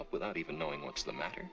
up without even knowing what's the matter